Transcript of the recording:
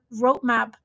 roadmap